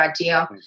idea